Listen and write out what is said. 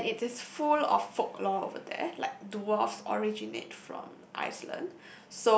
and it is full of folklore over there like dwarves originate from Iceland